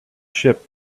ship